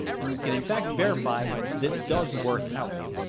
and we can, in fact, verify this does work out.